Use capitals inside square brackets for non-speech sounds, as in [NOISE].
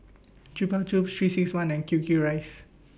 [NOISE] Chupa Chups three six one and Q Q Rice